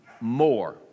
more